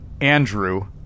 Andrew